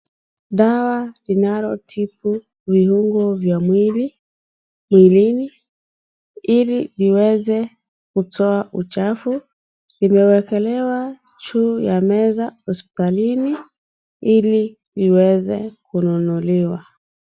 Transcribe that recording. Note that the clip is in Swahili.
Dawa linalotibu viungo mwilini ili iweze kutoa uchafu, imewekelewa juu ya meza hospitalini ili liweze kununuliwa.